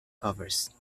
covers